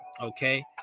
okay